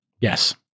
yes